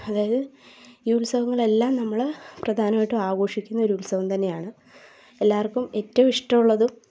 അതായത് ഈ ഉത്സവങ്ങളെല്ലാം നമ്മൾ പ്രധാനമായിട്ട് ആഘോഷിക്കുന്ന ഒരു ഉത്സവം തന്നെയാണ് എല്ലാവർക്കും ഏറ്റവും ഇഷ്ടമുള്ളതും